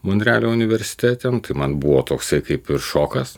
monrealio universitete man buvo toksai kaip ir šokas